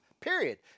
Period